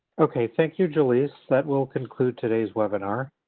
okay. thank you, jalyce. that will conclude today's webinar.